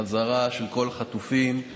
חזרה של כל החטופים,